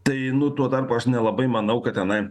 tai nu tuo tarpu aš nelabai manau kad tenai